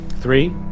Three